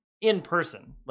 in-person